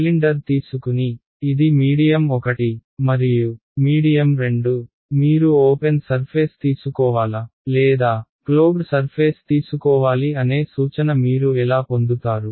cylinder తీసుకుని ఇది medium 1 మరియు మీడియం 2 మీరు ఓపెన్ సర్ఫేస్ తీసుకోవాలా లేదా క్లోజ్డ్ సర్ఫేస్ తీసుకోవాలి అనే సూచన మీరు ఎలా పొందుతారు